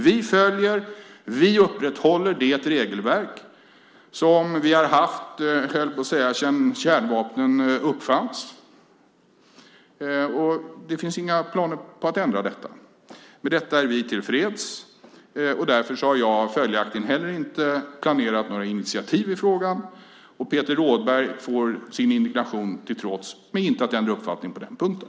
Vi följer och upprätthåller det regelverk som vi har haft sedan, höll jag på att säga, kärnvapnen uppfanns. Det finns inga planer på att ändra detta. Med detta är vi tillfreds. Därför har jag heller inte planerat några initiativ i frågan. Peter Rådberg får sin indignation till trots mig inte att ändra uppfattning på den punkten.